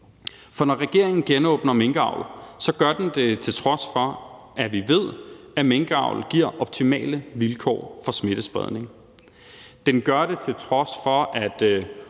for når regeringen genåbner minkavl, gør den det, til trods for at vi ved, at minkavl giver optimale vilkår for smittespredning. Den gør det, til trods for at